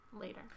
later